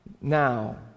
Now